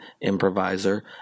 improviser